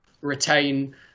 retain